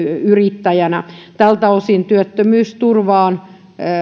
yrittäjänä tältä osin työttömyysturvaan